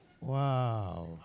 Wow